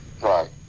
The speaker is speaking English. Right